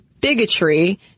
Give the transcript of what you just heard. bigotry